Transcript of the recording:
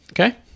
Okay